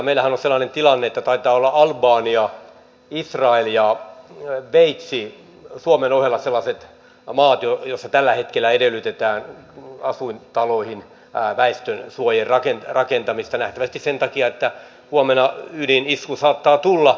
meillähän on sellainen tilanne että taitavat olla albania israel ja sveitsi suomen ohella sellaiset maat joissa tällä hetkellä edellytetään asuintaloihin väestönsuojien rakentamista nähtävästi sen takia että huomenna ydinisku saattaa tulla